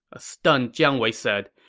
a stunned jiang wei said.